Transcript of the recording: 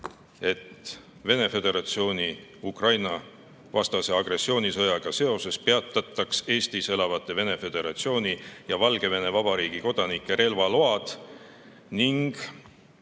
et Venemaa Föderatsiooni Ukraina-vastase agressioonisõjaga seoses peatataks Eestis elavate Venemaa Föderatsiooni ja Valgevene Vabariigi kodanike relvaload ning